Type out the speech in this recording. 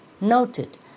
noted